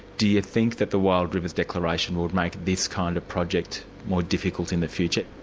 do you think that the wild rivers declaration would make this kind of project more difficult in the future?